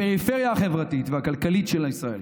את הפריפריה החברתית והכלכלית של ישראל,